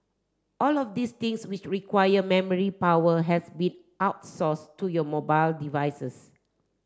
all of these things which require memory power has been outsource to your mobile devices